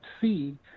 see